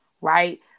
Right